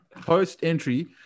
post-entry